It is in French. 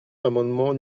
l’amendement